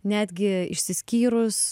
netgi išsiskyrus